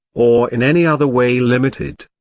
or in any other way limited?